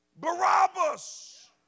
Barabbas